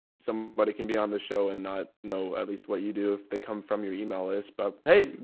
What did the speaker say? somebody can be on the show and not know at least what you do if they come from your email list, but hey,